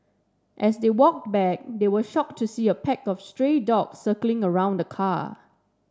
as they walk back they were shocked to see a pack of stray dogs circling around the car